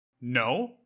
No